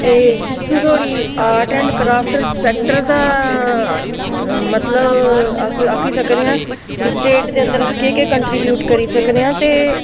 जित्थूं तोड़ी art and craft sector दा मतलब अस आक्खी सकने आं क स्टेट दे अंदर अस केह् केह् कंट्रीब्यूट करी सकने आं ते